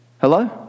Hello